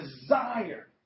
Desire